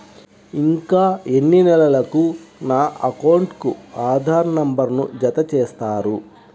ఇంకా ఎన్ని నెలలక నా అకౌంట్కు ఆధార్ నంబర్ను జత చేస్తారు?